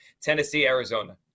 Tennessee-Arizona